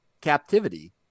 captivity